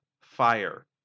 fire